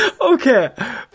Okay